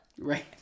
Right